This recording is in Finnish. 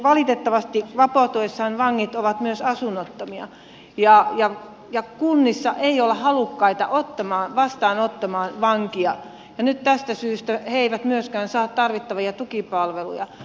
valitettavasti vapautuessaan vangit ovat myös asunnottomia ja kunnissa ei olla halukkaita vastaanottamaan vankia ja tästä syystä he eivät myöskään saa tarvittavia tukipalveluja